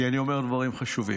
כי אני אומר דברים חשובים.